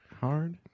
Hard